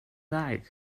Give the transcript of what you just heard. like